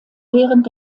während